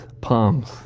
palms